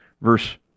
verse